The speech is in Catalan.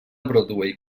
broadway